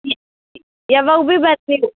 ಯ ಯಾವಾಗ ಬಿ ಬರ್ತಿರಿ